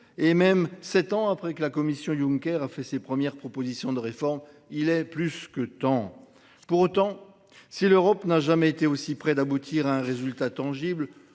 et même sept ans après que la Commission Juncker a fait ses premières propositions de réforme… Il était plus que temps ! Pour autant, si l’Europe n’a jamais été aussi près d’aboutir à un résultat tangible,